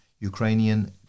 Ukrainian